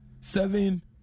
seven